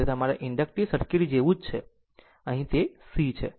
તે તમારા inductive circuit જેવું જ છે પરંતુ અહીં તે C છે